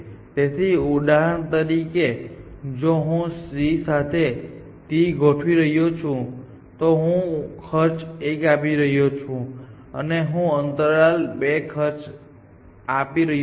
તેથી ઉદાહરણ તરીકે જો હું અહીં C સાથે T ગોઠવી રહ્યો છું તો હું ખર્ચ 1 આપી રહ્યો છું અને હું અંતરાલને 2 ખર્ચ આપી રહ્યો છું